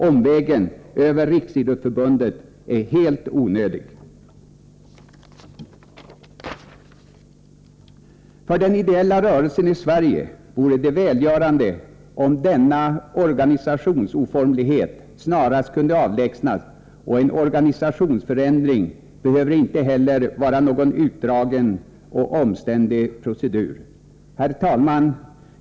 Omvägen över Riksidrottsförbundet är helt onö dig. För den ideella rörelsen i Sverige vore det välgörande om denna organisationsoformlighet snarast kunde avlägsnas. En organisationsförändring behöver inte heller vara någon utdragen och omständlig procedur. Herr talman!